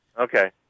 Okay